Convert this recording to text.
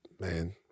man